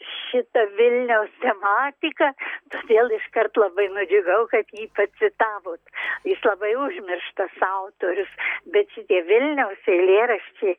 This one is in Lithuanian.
šita vilniaus tematika todėl iškart labai nudžiugau kad jį pacitavot jis labai užmirštas autorius bet šitie vilniaus eilėraščiai